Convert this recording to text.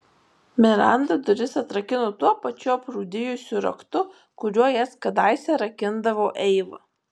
miranda duris atrakino tuo pačiu aprūdijusiu raktu kuriuo jas kadaise rakindavo eiva